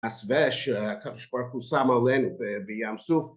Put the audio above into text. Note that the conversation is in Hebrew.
הסבר, שהקדוש ברוך הוא שם עלינו בים סוף.